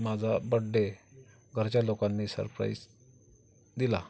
माझा बड्डे घरच्या लोकांनी सरप्राइज दिला